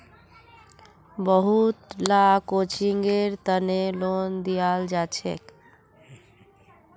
बहुत ला कोचिंगेर तने लोन दियाल जाछेक